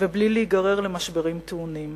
ובלי להיגרר למשברים טעונים.